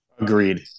Agreed